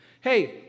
Hey